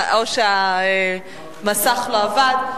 או שהמסך לא עבד.